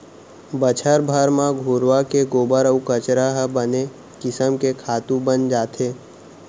बछर भर म घुरूवा के गोबर अउ कचरा ह बने किसम के खातू बन जाथे